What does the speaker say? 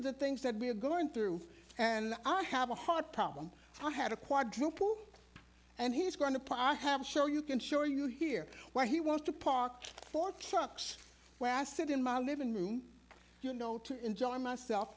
are the things that we are going through and i have a heart problem i had a quadruple and he's going to pot have show you can sure you hear where he wants to park for trucks where i sit in my living room you know to enjoy myself